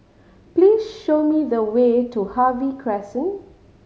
please show me the way to Harvey Crescent